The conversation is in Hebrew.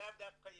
לאו דווקא יהודי.